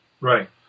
Right